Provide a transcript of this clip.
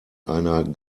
einer